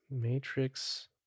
Matrix